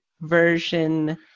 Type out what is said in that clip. version